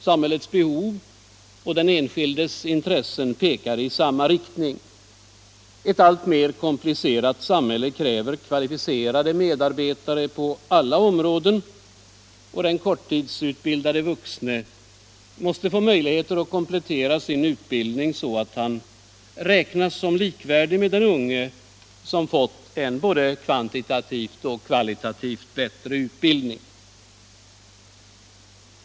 Samhällets behov och den enskildes intressen pekar i samma riktning. Ett alltmer komplicerat samhälle kräver kvalificerade medarbetare på alla områden, och den korttidsutbildade vuxne måste få möjligheter att komplettera sin utbildning så att han räknas som likvärdig med den unge, som fått en både kvantitativt och kvalitativt bättre utbildning.